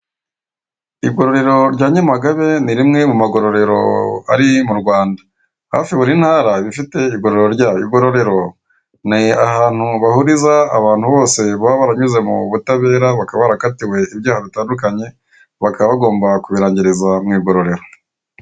Igororero rya Nyamagabe ni rimwe mu magororero ari mu Rwanda, hafi buri ntara iba ifite igororero ryayo. Igororero ni ahantu bahuriza abantu bose baba baranyuze mu butabera bakaba barakatiwe ibyaha bitandukanye bakaba bagomaba kubirangiriza mu igororero.